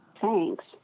Thanks